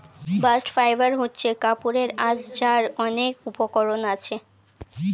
bast fibre হচ্ছে কাপড়ের আঁশ যার অনেক উপকরণ আছে